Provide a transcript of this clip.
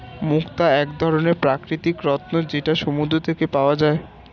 মুক্তা এক ধরনের প্রাকৃতিক রত্ন যেটা সমুদ্র থেকে পাওয়া যায়